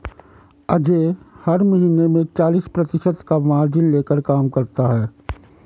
अजय हर महीने में चालीस प्रतिशत का मार्जिन लेकर काम करता है